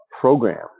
program